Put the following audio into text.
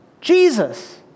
Jesus